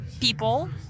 people